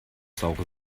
saure